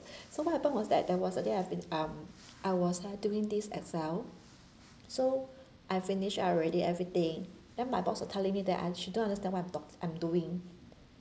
so what happened was that there was a day I've been um I was uh doing this Excel so I finish already everything then my boss were telling me that uh she don't understand what I'm talk~ I'm doing